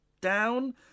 Down